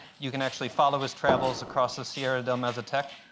you can actually follow his travels across the sierra del mazatec,